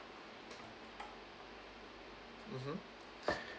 mmhmm